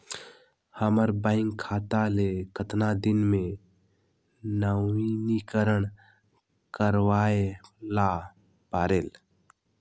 हमर बैंक खाता ले कतना दिन मे नवीनीकरण करवाय ला परेल?